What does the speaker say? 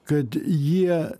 kad jie